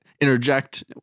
interject